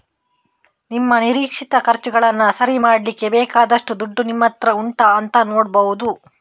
ನಿಮ್ಮ ನಿರೀಕ್ಷಿತ ಖರ್ಚುಗಳನ್ನ ಸರಿ ಮಾಡ್ಲಿಕ್ಕೆ ಬೇಕಾದಷ್ಟು ದುಡ್ಡು ನಿಮ್ಮತ್ರ ಉಂಟಾ ಅಂತ ನೋಡ್ಬಹುದು